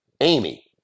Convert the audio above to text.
Amy